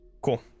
Cool